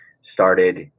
started